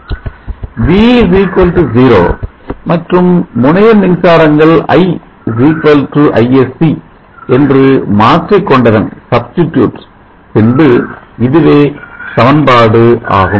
V 0 மற்றும் முனைய மின்சாரங்கள் I Isc என்று மாற்றிக் கொண்டதன் பின்பு இதுவே சமன்பாடு ஆகும்